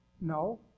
No